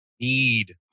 need